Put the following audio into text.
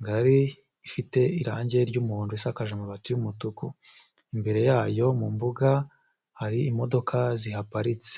ngari ifite irangi ry'umuhondo isakaje amabati y'umutuku, imbere yayo mu mbuga hari imodoka zihaparitse.